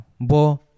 bo